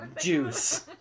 Juice